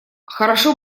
хорошо